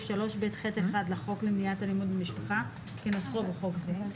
3ב(ח1) לחוק למניעת אלימות במשפחה כנוסחו בחוק זה,